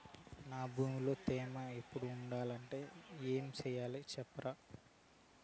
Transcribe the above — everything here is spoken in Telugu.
నా భూమిలో తేమ ఎప్పుడు ఉండాలంటే ఏమి సెయ్యాలి చెప్పండి?